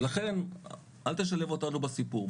לכן אל תשלב אותנו בסיפור.